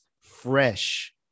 fresh